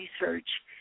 research